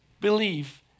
believe